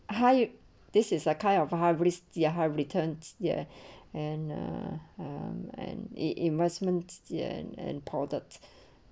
hi you this is a kind of a haris ya ha return ya and uh and and investments and and poulet